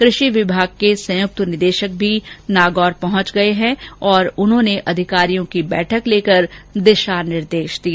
कृषि विभाग के संयुक्त निदेशक भी नागौर पहुंच गए हैं और उन्होंने अधिकारियों की बैठक लेकर दिशा निर्देश दिए